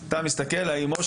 יש עליו משהו או אין עליו משהו.